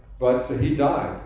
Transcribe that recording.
but and he died,